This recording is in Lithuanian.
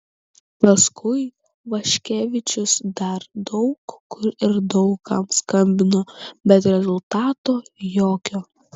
paskui vaškevičius dar daug kur ir daug kam skambino bet rezultato jokio